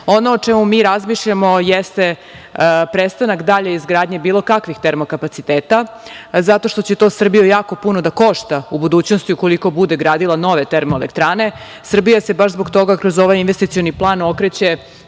o čemu mi razmišljamo jeste prestanak dalje izgradnje bilo kakvih termo kapaciteta zato što će to Srbiju jako puno da košta u budućnosti ukoliko bude gradila nove termoelektrane. Srbija se baš zbog toga kroz ovaj investicioni plan okreće